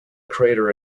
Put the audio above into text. crater